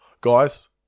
guys